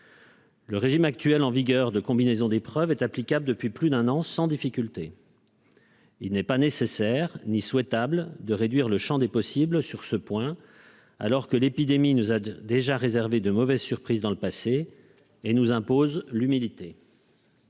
Le régime actuel en vigueur de combinaison d'épreuves est applicable depuis plus d'un an sans difficulté. Il n'est pas nécessaire, ni souhaitable de réduire le Champ des possibles sur ce point, alors que l'épidémie nous a déjà réservé de mauvaises surprises dans le passé et nous impose l'humilité.